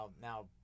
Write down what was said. Now